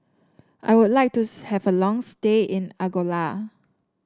I would like to have a long stay in Angola